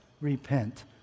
repent